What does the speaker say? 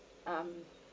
um